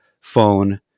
phone